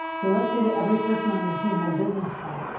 so, let's say that every person on your team had a business card.